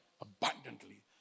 Abundantly